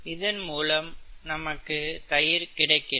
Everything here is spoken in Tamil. இதன் மூலம் நமக்கு தயிர் கிடைக்கிறது